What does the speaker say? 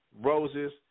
roses